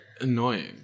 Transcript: annoying